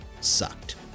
sucked